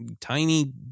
tiny